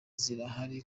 zirahari